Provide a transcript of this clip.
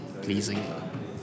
pleasing